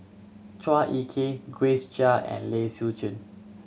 Chua Ek Kay Grace Chia and Lai Siu Chiu